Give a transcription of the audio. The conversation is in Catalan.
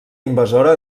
invasora